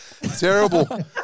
terrible